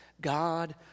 God